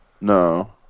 No